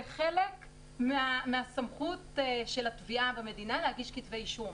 זה חלק מהסמכות של התביעה במדינה להגיש כתבי אישום.